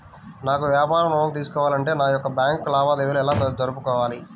నాకు వ్యాపారం ఋణం తీసుకోవాలి అంటే నా యొక్క బ్యాంకు లావాదేవీలు ఎలా జరుపుకోవాలి?